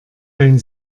dein